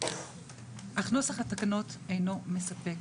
אך נוסח התקנות לא מספק.